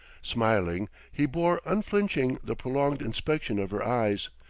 smiling, he bore unflinching the prolonged inspection of her eyes,